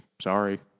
Sorry